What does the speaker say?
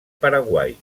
paraguai